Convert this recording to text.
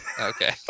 Okay